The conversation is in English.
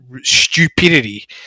stupidity